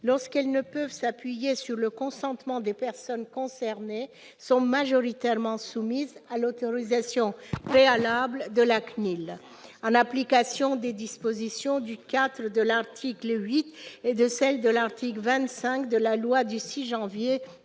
lorsqu'elles ne peuvent s'appuyer sur le consentement des personnes concernées, sont majoritairement soumises à l'autorisation préalable de la CNIL, en application des dispositions du IV de l'article 8 et de celles de l'article 25 de la loi du 6 janvier 1978.